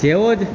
જેવો જ